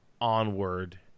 onward